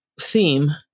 theme